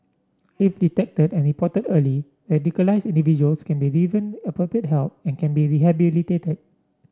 if detected and reported early radicalised individuals can be given appropriate help and can be rehabilitated